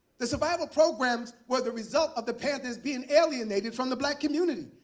the survival programs were the result of the panthers being alienated from the black community.